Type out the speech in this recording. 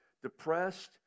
depressed